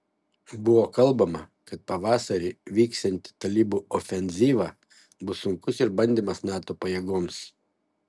buvo kalbama kad pavasarį vyksianti talibų ofenzyva bus sunkus išbandymas nato pajėgoms